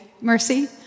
mercy